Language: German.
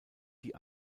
die